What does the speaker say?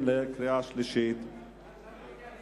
חינוך ממלכתי (תיקון מס'